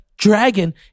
dragon